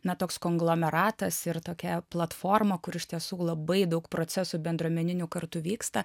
na toks konglomeratas ir tokia platforma kur iš tiesų labai daug procesų bendruomeninių kartu vyksta